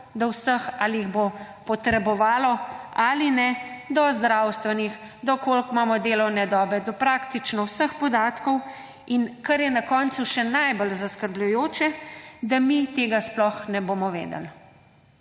do vseh, ali jih bo potreboval ali ne, do zdravstvenih, koliko imamo delovne dobe, do praktično vseh podatkov. In kar je na koncu še najbolj zaskrbljujoče, da mi tega sploh ne bomo vedeli,